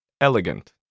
Elegant